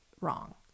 wrong